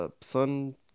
Sun